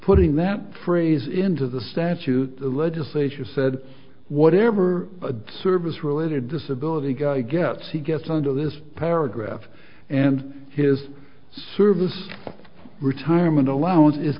putting that phrase into the statute the legislature said whatever a service related disability guy gets he gets under this paragraph and his service retirement allowance is